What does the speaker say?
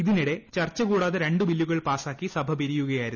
ഇതിനിടെ ചർച്ച കൂടാതെ രണ്ട് ബില്ലുകൾ പാസാക്കി സഭ പിരിയുകയായിരുന്നു